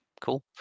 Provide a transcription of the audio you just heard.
cool